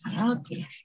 Okay